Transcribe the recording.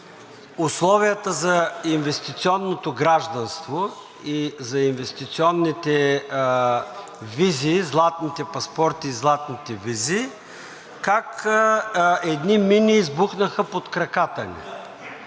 условията за инвестиционното гражданство и за инвестиционните визи – златните паспорти и златните визи – как едни мини избухнаха под краката ни.